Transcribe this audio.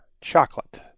chocolate